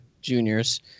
Junior's